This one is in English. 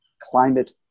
Climate